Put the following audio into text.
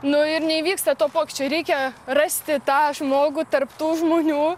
nu ir neįvyksta to pokyčio reikia rasti tą žmogų tarp tų žmonių